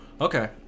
Okay